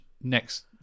next